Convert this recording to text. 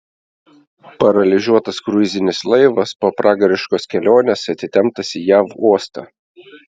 paralyžiuotas kruizinis laivas po pragariškos kelionės atitemptas į jav uostą